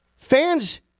Fans